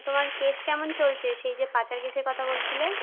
তোমার কেস কেমন চলছে সেই যে পাচার কেসের কথা বলছিলে